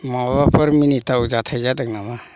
माबाफोर मिनिथाव जाथाय जादों नामा